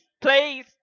please